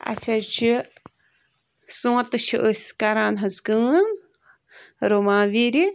اسہِ حظ چھِ سونٛتہِ چھِ أسۍ کَران حظ کٲم رُوان وِرِ